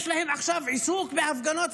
יש להם עכשיו עיסוק בהפגנות,